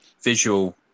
Visual